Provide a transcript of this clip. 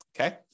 okay